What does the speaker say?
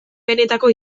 benetako